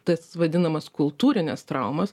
tas vadinamas kultūrines traumas